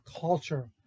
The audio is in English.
culture